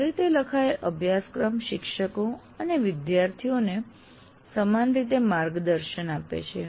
સારી રીતે લખાયેલ અભ્યાસક્રમ શિક્ષકો અને વિદ્યાર્થીઓને સમાન રીતે માર્ગદર્શન આપે છે